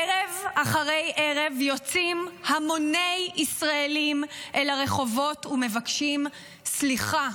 ערב אחרי ערב יוצאים המוני ישראלים אל הרחובות ומבקשים סליחה.